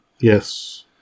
Yes